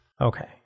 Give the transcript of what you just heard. Okay